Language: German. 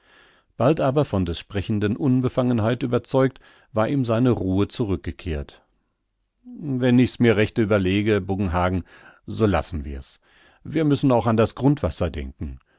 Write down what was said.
bald aber von des sprechenden unbefangenheit überzeugt war ihm seine ruhe zurückgekehrt wenn ich mir's recht überlege buggenhagen so lassen wir's wir müssen auch an das grundwasser denken